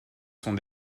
sont